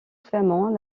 flamand